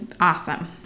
awesome